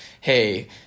hey